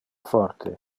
forte